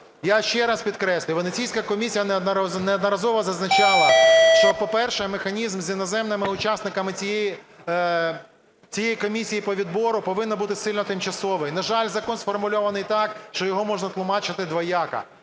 Я ще раз підкреслюю, Венеційська комісія неодноразово зазначала, що, по-перше, механізм з іноземними учасниками цієї комісії по відбору повинен бути сильно тимчасовий. На жаль, закон сформульований так, що його можна тлумачити двояко,